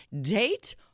Date